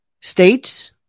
States